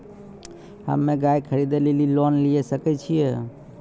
हम्मे गाय खरीदे लेली लोन लिये सकय छियै?